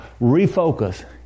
refocus